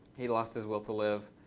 he lost his will to live.